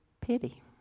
pity